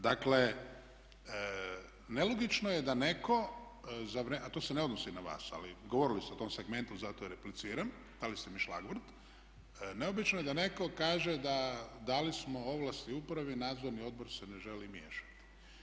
Dakle nelogično je da netko za vrijeme, a to se ne odnosi na vas, ali govorili ste o tom segmentu zato i repliciram, dali ste mi … neobično je da netko kaže da dali smo ovlasti upravi, nadzorni odbor se ne želi miješati.